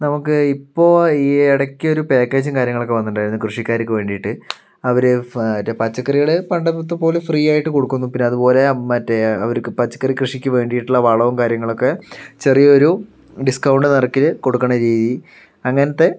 നമുക്ക് ഇപ്പോൾ ഈ ഇടയ്ക്കൊരു പാക്കേജും കാര്യങ്ങളൊക്കെ വന്നിട്ടുണ്ടായിരുന്നു കൃഷിക്കാർക്ക് വേണ്ടിയിട്ട് അവർ പച്ചക്കറികൾ പണ്ടത്തെപ്പോലെ ഫ്രീ ആയിട്ട് കൊടുക്കുന്നു പിന്നതുപോലെ മറ്റേ അവർക്ക് പച്ചക്കറിക്കൃഷിക്ക് വേണ്ടിയിട്ടുള്ള വളവും കാര്യങ്ങളൊക്കെ ചെറിയൊരു ഡിസ്ക്കൌണ്ട് നിരക്കിൽ കൊടുക്കണ രീതി അങ്ങനത്തെ